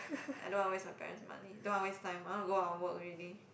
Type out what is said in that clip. I don't want to waste my parent's money don't want to waste time I want to go out and work already